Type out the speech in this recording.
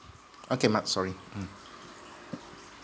okay mark sorry mm